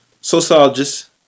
sociologists